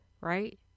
right